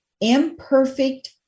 Imperfect